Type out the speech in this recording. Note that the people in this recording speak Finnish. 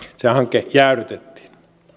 se hanke jäädytettiin